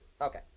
Okay